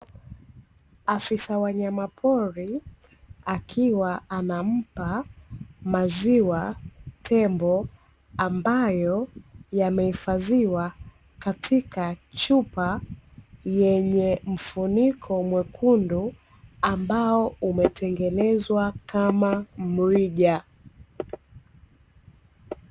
Afisa wanyamapori akiwa anampa maziwa tembo, ambayo yamehifadhiwa katika chupa yenye mfuniko mwekundu, ambao umetengenezwa kama mrija.